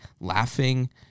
laughing